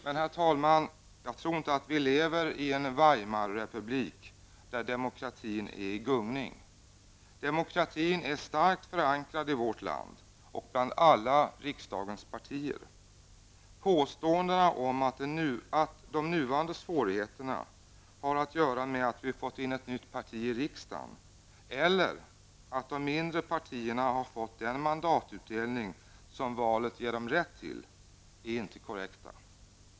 Men, herr talman, jag tror inte att vi lever i en Weimarrepublik där demokratin är i gungning. Demokratin är starkt förankrad i vårt land och bland riksdagens alla partier. Påståendena om att de nuvarande svårigheterna har att göra med att vi har fått in ett nytt parti i riksdagen eller att de mindre partierna har fått den mandatutdelning som valet gett dem rätt till är inte korrekta.